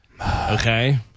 okay